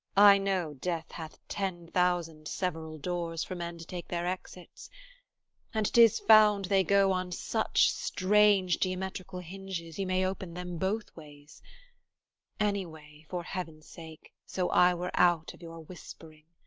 i know death hath ten thousand several doors for men to take their exits and tis found they go on such strange geometrical hinges, you may open them both ways any way, for heaven-sake, so i were out of your whispering.